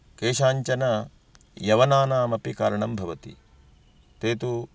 केषाञ्चन यवनानामपि कारणं भवति ते तु